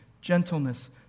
gentleness